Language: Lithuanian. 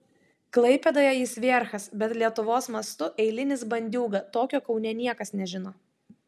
klaipėdoje jis vierchas bet lietuvos mastu eilinis bandiūga tokio kaune niekas nežino